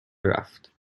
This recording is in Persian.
رفت